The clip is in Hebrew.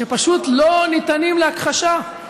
שפשוט לא ניתנים להכחשה.